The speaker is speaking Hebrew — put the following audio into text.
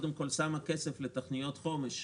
קודם כול שמה כסף לתוכניות חומש,